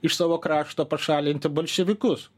iš savo krašto pašalinti bolševikus